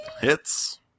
Hits